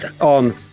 on